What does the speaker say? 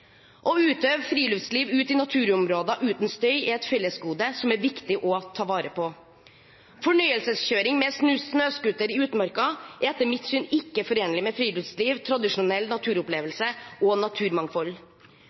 Å utøve friluftsliv ute i naturområder uten støy er et fellesgode som det er viktig å ta vare på. Fornøyelseskjøring med snøscooter i utmarka er etter mitt syn ikke forenlig med friluftsliv, tradisjonell naturopplevelse og naturmangfold.